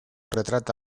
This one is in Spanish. retrata